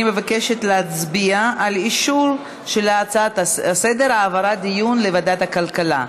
אני מבקשת להצביע על אישור ההצעה לסדר-יום והעברת הדיון לוועדת הכלכלה.